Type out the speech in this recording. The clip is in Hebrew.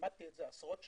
ולימדתי את זה עשרות שנים,